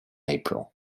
april